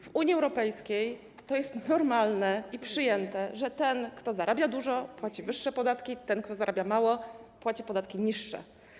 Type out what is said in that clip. W Unii Europejskiej to jest normalne i przyjęte, że ten, kto zarabia dużo, płaci wyższe podatki, ten kto zarabia mało, płaci podatki niższe.